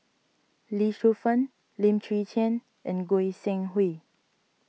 Lee Shu Fen Lim Chwee Chian and Goi Seng Hui